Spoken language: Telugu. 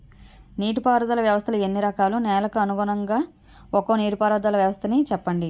నీటి పారుదల వ్యవస్థలు ఎన్ని రకాలు? నెలకు అనుగుణంగా ఒక్కో నీటిపారుదల వ్వస్థ నీ చెప్పండి?